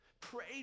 Pray